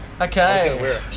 Okay